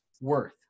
worth